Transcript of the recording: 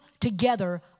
together